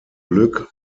glück